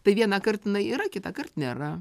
tai vienąkart jinai yra kitąkart nėra